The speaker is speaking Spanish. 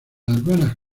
algunas